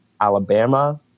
Alabama